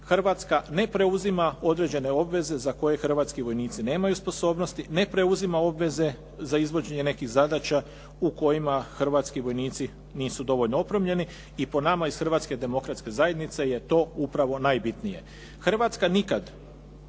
Hrvatska ne preuzima određene obveze za koje hrvatski vojnici nemaju sposobnosti, ne preuzima obveze za izvođenje nekih zadaća u kojima hrvatski vojnici nisu dovoljno opremljeni i po nama iz Hrvatske demokratske zajednice je to upravo najbitnije. Hrvatska nikad,